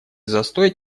застой